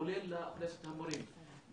כולל אוכלוסיית המורים,